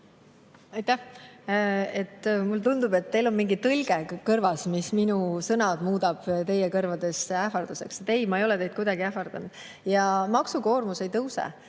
Aitäh! Mulle tundub, et teil on kõrvas mingi tõlge, mis muudab minu sõnad teie kõrvades ähvarduseks. Ei, ma ei ole teid kuidagi ähvardanud. Ja maksukoormus ei tõuse